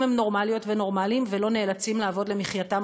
אם הם נורמליות ונורמלים ולא נאלצים לעבוד למחייתם,